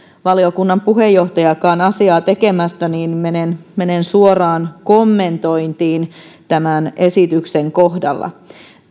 valiokunnan puheenjohtajaakaan asiaa tekemässä niin menen menen suoraan kommentointiin tämän esityksen kohdalla